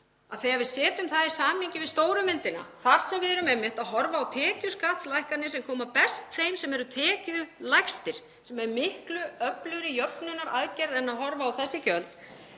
Þegar við setjum það í samhengi við stóru myndina þar sem við erum einmitt að horfa á tekjuskattslækkanir sem koma best þeim sem eru tekjulægstir, sem er miklu öflugri jöfnunaraðgerð en að horfa á þessi gjöld,